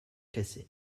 casser